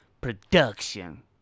production